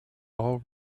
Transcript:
all